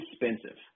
expensive